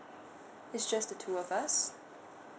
it's just the two of us